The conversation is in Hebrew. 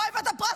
לא הבאת לי פרס?